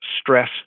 stress